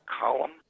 column